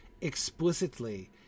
explicitly